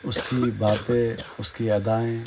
اس کی باتیں اس کی ادائیں